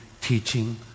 teaching